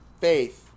faith